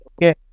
Okay